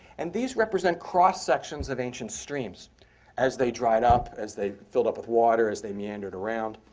and these represent cross sections of ancient streams as they dried up, as they filled up with water, as they meandered around.